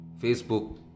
Facebook